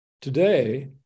today